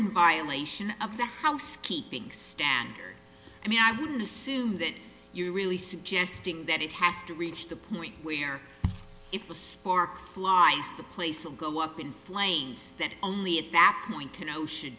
in violation of the housekeeping standard i mean i would assume that you really suggesting that it has to reach the point where if the sparks fly the place will go up in flames that only at that point you know should